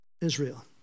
Israel